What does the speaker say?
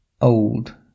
old